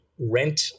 rent